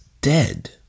dead